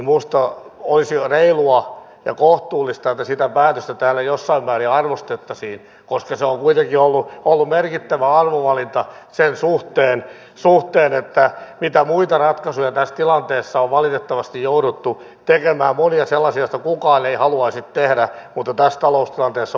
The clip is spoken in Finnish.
minusta olisi jo reilua ja kohtuullista että sitä päätöstä täällä jossain määrin arvostettaisiin koska se on kuitenkin ollut merkittävä arvovalinta sen suhteen mitä muita ratkaisuja tässä tilanteessa on valitettavasti jouduttu tekemään monia sellaisia joita kukaan ei haluaisi tehdä mutta jotka tässä taloustilanteessa ovat välttämättömiä